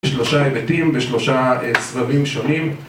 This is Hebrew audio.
בשלושה היבטים, בשלושה סבבים שונים